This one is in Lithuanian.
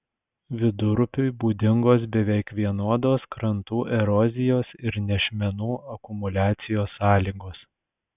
vidurupiui būdingos beveik vienodos krantų erozijos ir nešmenų akumuliacijos sąlygos